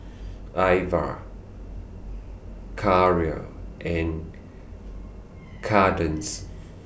Irva Karel and Kadence